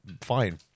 Fine